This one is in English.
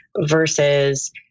versus